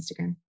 instagram